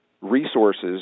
resources